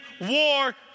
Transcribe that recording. war